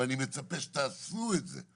ואני מצפה שתעשו את זה.